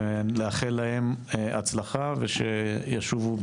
ולאחל להם הצלחה ושישובו בשלום,